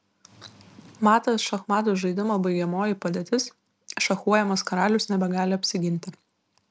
matas šachmatų žaidimo baigiamoji padėtis šachuojamas karalius nebegali apsiginti